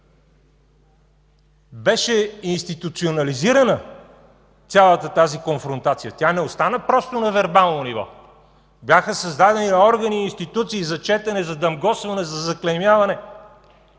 Беше институционализирана цялата тази конфронтация, тя не остана просто на вербално ниво, а бяха създадени органи и институции за четене, за дамгосване, за заклеймяване.